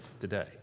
today